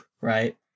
right